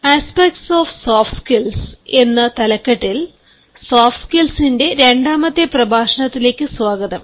aspects of soft skills എന്ന തലക്കെട്ടിൽ soft സ്കിൽസിന്റെ രണ്ടാമത്തെ പ്രഭാഷണത്തിലേക്ക് സ്വാഗതം